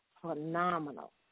phenomenal